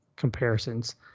comparisons